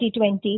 2020